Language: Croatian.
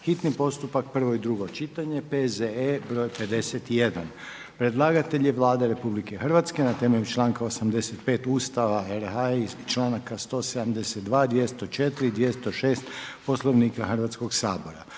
hitni postupak, prvo i drugo čitanje, P.Z.E.BR.40. Predlagatelj je Vlada Republike Hrvatske temeljem članka 85. Ustava RH i članka 172., 204. i 206. Poslovnika Hrvatskog sabora.